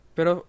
Pero